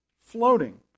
floating